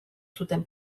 zuten